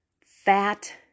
fat